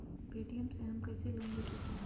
Paytm से हम कईसे लोन ले सकीले?